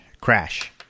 Crash